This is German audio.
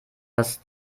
das